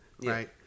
right